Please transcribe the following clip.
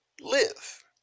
live